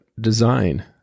design